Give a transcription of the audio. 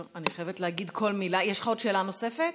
אני חייבת להגיד: כל מילה, יש לך שאלה נוספת?